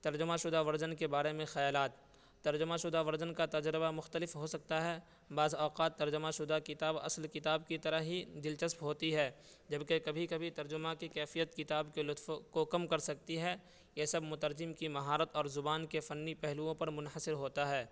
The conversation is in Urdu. ترجمہ شدہ ورژن کے بارے میں خیالات ترجمہ شدہ ورژن کا تجربہ مختلف ہو سکتا ہے بعض اوقات ترجمہ شدہ کتاب اصل کتاب کی طرح ہی دلچسپ ہوتی ہے جب کہ کبھی کبھی ترجمہ کی کیفیت کتاب کے لطف کو کم کر سکتی ہے یہ سب مترجم کی مہارت اور زبان کے فنی پہلوؤں پر منحصر ہوتا ہے